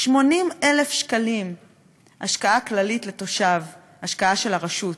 80,000 שקלים השקעה כללית לתושב, השקעה של הרשות,